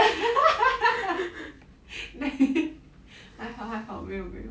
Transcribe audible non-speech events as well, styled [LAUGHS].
[LAUGHS] 还好还好没有没有